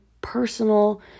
personal